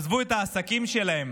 עזבו את העסקים שלהם,